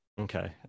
Okay